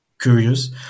curious